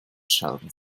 sheldon